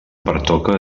pertoca